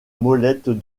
molette